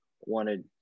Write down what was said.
wanted